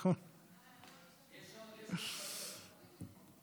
התשפ"ב 2022,